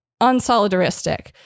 unsolidaristic